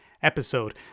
episode